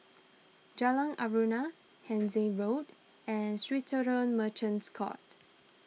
Jalan Aruan Hindhede Walk and Swissotel Merchants Court